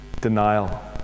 denial